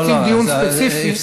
אם רוצים דיון ספציפי, לא, לא.